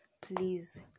please